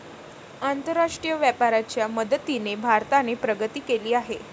आंतरराष्ट्रीय व्यापाराच्या मदतीने भारताने प्रगती केली आहे